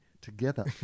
together